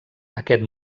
aquest